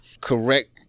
correct